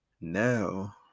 now